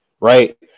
right